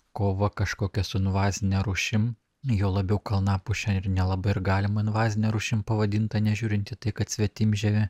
kova kažkokia su invazine rūšim juo labiau kalnapuše ir nelabai ir galima invazine rūšim pavadint nežiūrint į tai kad svetimžemė